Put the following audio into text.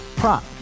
prop